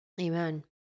Amen